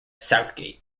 southgate